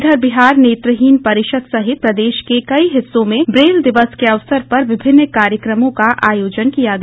इधर बिहार नेत्रहीन परिषद सहित प्रदेश के कई हिस्सों में ब्रेल दिवस के अवसर पर विभिन्न कार्यक्रमों का आयोजन किया गया